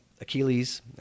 Achilles